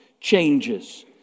changes